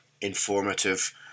informative